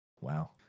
Wow